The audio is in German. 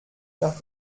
nach